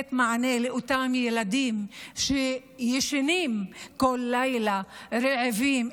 לתת מענה לאותם ילדים שישנים כל לילה רעבים,